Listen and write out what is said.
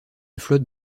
flotte